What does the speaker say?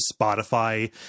Spotify